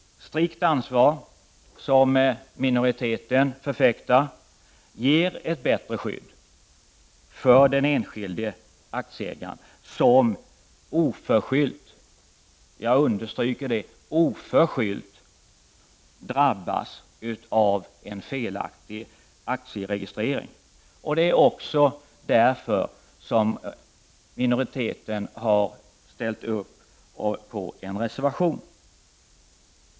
Strikt ansvar, som minoriteten förfäktar, ger ett bättre skydd för den enskilde aktieägaren som oförskyllt drabbas av en felaktig aktieregistrering. Det är också därför minoriteten har avgivit en reservation.